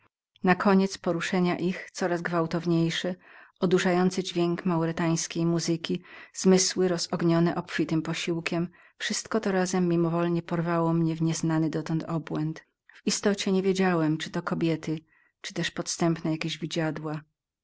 nakoniec poruszenia ich coraz gwałtowniejsze odurzający dźwięk mauretańskiej muzyki rozognione zmysły obfitym posiłkiem wszystko to razem mimowolnie w nieznany dotąd obłęd porywało mnie w istocie niewiedziałem czy to były kobiety lub też podstępne jakie widziadła